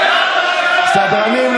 סדרנים,